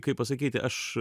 kaip pasakyti aš